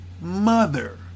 mother